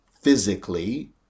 physically